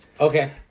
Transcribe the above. Okay